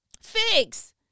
Figs